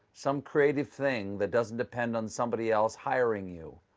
some creative thing that doesn't depend on somebody else hiring you.